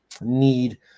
need